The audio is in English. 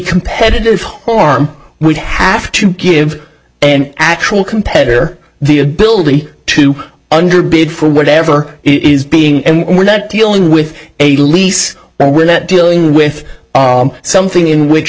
competitive harm would have to give an actual competitor the ability to under bid for whatever it is being and we're not dealing with a lease we're not dealing with something in which